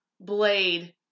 Blade